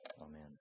Amen